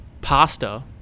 pasta